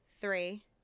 three